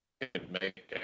make